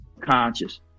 conscious